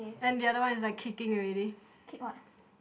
and the other one is like kicking already